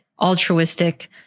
altruistic